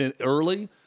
early